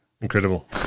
Incredible